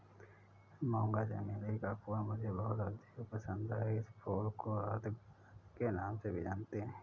मूंगा चमेली का फूल मुझे बहुत अधिक पसंद है इस फूल को रात की रानी के नाम से भी जानते हैं